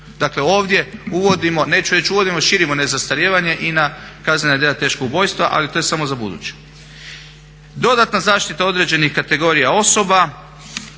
Dakle ovdje uvodimo, neću reći uvodimo, širimo nezastarijevanje i na kaznena djela teškog ubojstva ali to je samo za buduće. Dodatna zaštita određenih kategorija osoba,